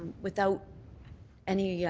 without any yeah